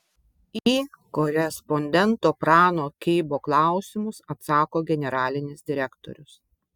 į korespondento prano keibo klausimus atsako generalinis direktorius